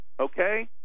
okay